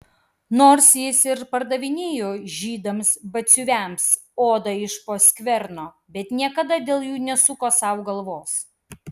nors jis ir pardavinėjo žydams batsiuviams odą iš po skverno bet niekada dėl jų nesuko sau galvos